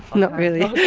not really!